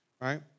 Right